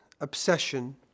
obsession